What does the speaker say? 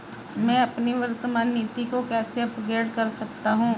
मैं अपनी वर्तमान नीति को कैसे अपग्रेड कर सकता हूँ?